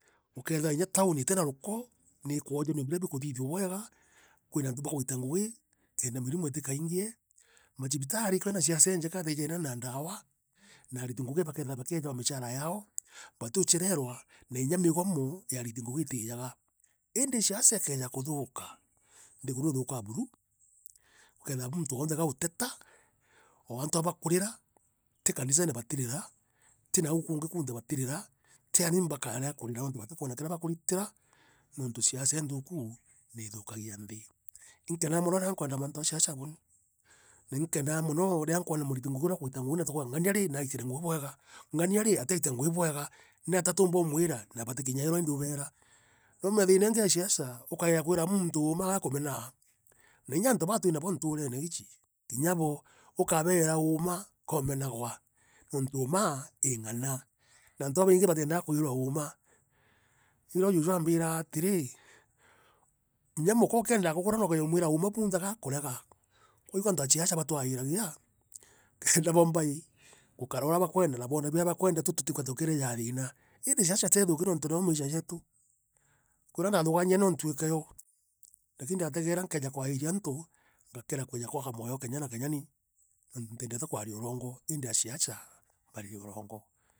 ukeethira kinya town itina ruko. niikwojanua biria bikuthithua bwega, kwina antu bakuita ngugi, kenda mirimo itikaingie, macibitari kwina ciaca iingeja jethaira jeena ndaawa, na ariti ngugi bakeethira bakieejagwa michara yaao, batiuchererwa na inya migomo ya ariti ngugi itiijaga. Iindi ciaca ikeeja kuthuka. nthiguru ithuukaa buru. ukethira muntu wonthe gauteta, o antu abauteta, ti kanisene batirira, ti nau kuungi kunthe batirira, ti arimi bakaarea kurira niuntu batikwona kiria bakuritira, nuntu ciaca iinthuku niithukagia nthii. Inkenaa mono riria nkwenda mantu ja ciaca mono, na inkenaa mono riria nkwona muriti ngugi uria akuita ngugi na tukaua rii, ngania naitire ngui bwega, ngania rii, ataitire ngui bwega, natia tuumba umwira, na batikinyaairwa iindi ubeera. Nomenye thiina iingi e ciacaa. ukaiya kwira muuntu uuma kaakumenaa. Na inya antu baa twinabo ntuurene iiji, kinya bo, ukabeera uuma, komengwa, nuntu uuma, ii ng'ana. Na antu babaingi batiendaa kwirwa uuma. Irio juuju aambiraa atirii, kinya muka ukiendaa kugurana ukeja umwira uuma bunthe gakurega. Koou ikio acica batwaairagia kenda boomba ii, gukara ura bakwenda na boona biria bakwenda twi tutigwe tukirijaa thiina. Iindi tia ciaca untu nio maisha jeetu, kwirio ndaathuganagia inya no ntuike yo lakini ndaategera nkeja kwairia antu, ngakira kuya kiri mwanki jwa kenya na kenya nii nuntu nitiendete kwaria urongo iindi aciaca bari urongo